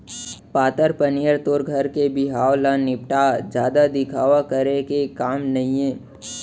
पातर पनियर तोर घर के बिहाव ल निपटा, जादा दिखावा करे के काम नइये